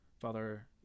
Father